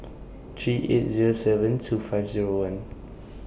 three eight Zero seven two five Zero one